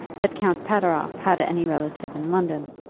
that count pateroff had any relative in london.